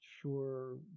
sure